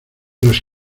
nos